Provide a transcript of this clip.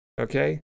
Okay